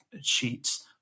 sheets